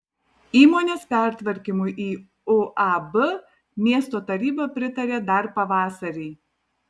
įmonės pertvarkymui į uab miesto taryba pritarė dar pavasarį